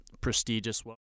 prestigious